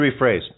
rephrase